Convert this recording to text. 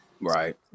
right